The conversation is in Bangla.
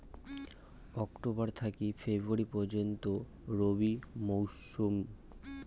অক্টোবর থাকি ফেব্রুয়ারি পর্যন্ত রবি মৌসুম